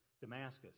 Damascus